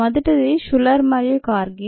మొదటి ది షులర్ మరియు కార్గీ